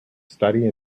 study